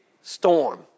storm